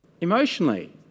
Emotionally